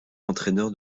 entraîneur